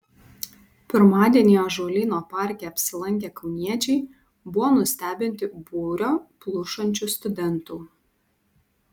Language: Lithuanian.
pirmadienį ąžuolyno parke apsilankę kauniečiai buvo nustebinti būrio plušančių studentų